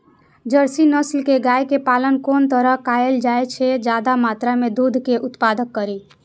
Jersey नस्ल के गाय के पालन कोन तरह कायल जाय जे ज्यादा मात्रा में दूध के उत्पादन करी?